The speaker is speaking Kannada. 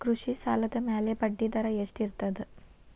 ಕೃಷಿ ಸಾಲದ ಮ್ಯಾಲೆ ಬಡ್ಡಿದರಾ ಎಷ್ಟ ಇರ್ತದ?